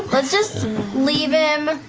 let's just leave him